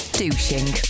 douching